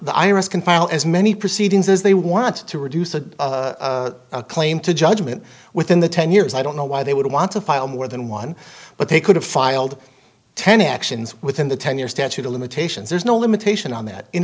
file as many proceedings as they want to reduce a claim to judgment within the ten years i don't know why they would want to file more than one but they could have filed ten actions within the ten year statute of limitations there's no limitation on that in